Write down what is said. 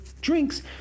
drinks